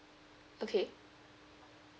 okay